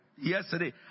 yesterday